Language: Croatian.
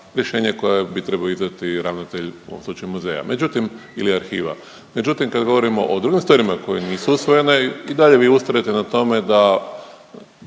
rješenje koja bi trebao izdati ravnatelj, u ovom slučaju muzeja, međutim ili arhiva. Međutim, kad govorimo o drugim stvarima koje nisu usvojene i dalje vi ustrajete na tome da